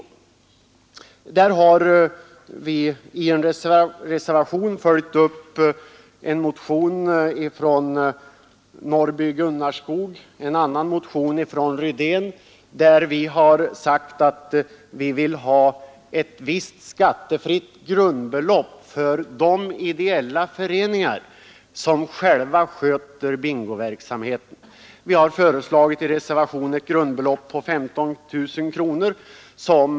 I en reservation har jag tillsammans med några andra ledamöter följt upp en motion av herr Norrby i Gunnarskog och en av herr Rydén och sagt att vi vill ha ett visst skattefritt grundbelopp för de ideella föreningar som själva sköter bingoverksamheten. Vi har föreslagit ett grundbelopp på 15 000 kronor.